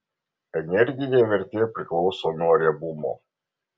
energinė vertė priklauso nuo riebumo